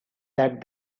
that